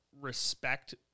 respect